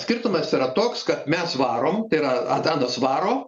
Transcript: skirtumas yra toks kad mes varom tai yra antanas varo